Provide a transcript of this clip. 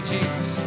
Jesus